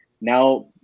now